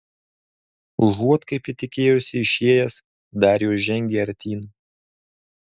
užuot kaip ji tikėjosi išėjęs darijus žengė artyn